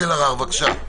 אלהרר, בבקשה.